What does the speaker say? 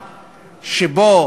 נתניהו.